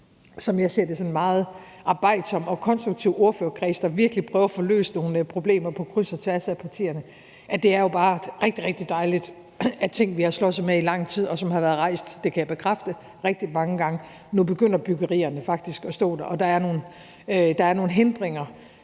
som jeg ser det, sådan en meget arbejdsom og konstruktiv ordførerkreds, der virkelig prøver at få løst nogle problemer på kryds og tværs af partierne. Det er jo bare rigtig, rigtig dejligt, at i forhold til ting, vi har sloges med i lang tid, og som har været rejst – det kan jeg bekræfte – rigtig mange gange, begynder byggerierne faktisk at stå der nu. Der er nogle hindringer,